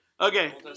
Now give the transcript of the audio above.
okay